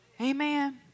Amen